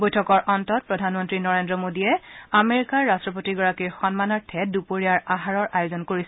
বৈঠকৰ অন্তত প্ৰধানমন্তী নৰেন্দ্ৰ মোদীয়ে আমেৰিকাৰ ৰাট্টপতিগৰাকীৰ সন্মানাৰ্থে দুপৰীয়াৰ আহাৰৰ আয়োজন কৰিছে